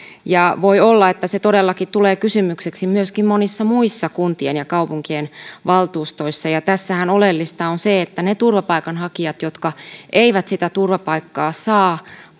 voi olla että se todellakin tulee kysymykseksi myöskin monien muiden kuntien ja kaupunkien valtuustoissa tässähän oleellista on se että ne turvapaikanhakijat jotka eivät sitä turvapaikkaa saa